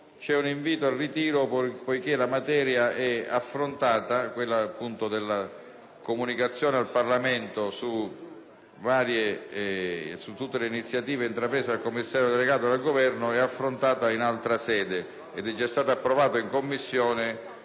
è un invito al ritiro poiché la materia della comunicazione al Parlamento su tutte le iniziative intraprese dal commissario delegato dal Governo è affrontata in altra sede ed e già stato approvato in Commissione